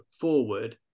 forward